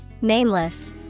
Nameless